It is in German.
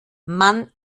man